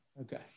Okay